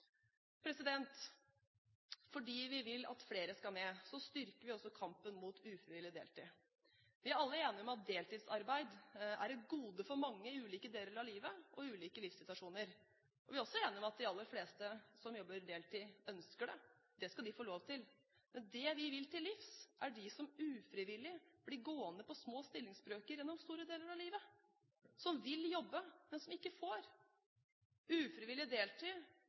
Fordi vi vil at flere skal med, styrker vi også kampen mot ufrivillig deltid. Vi er alle enige om at deltidsarbeid er et gode for mange i ulike deler av livet og i ulike livssituasjoner. Vi er også enige om at de aller fleste som jobber deltid, ønsker det. Det skal de få lov til. Det vi vil til livs, er de som ufrivillig blir gående på små stillingsbrøker gjennom store deler av livet – de som vil jobbe, men som ikke får det. Ufrivillig deltid